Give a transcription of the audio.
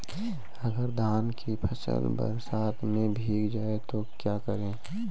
अगर धान की फसल बरसात में भीग जाए तो क्या करें?